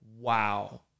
wow